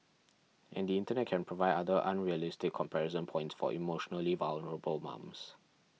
and the Internet can provide other unrealistic comparison points for emotionally vulnerable mums